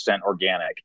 organic